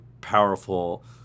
powerful